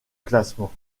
classement